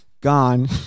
gone